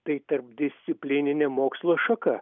tai tarpdisciplininė mokslo šaka